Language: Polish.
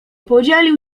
podzielił